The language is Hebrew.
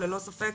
וללא ספק